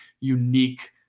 unique